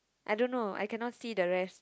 I don't know I cannot see the rest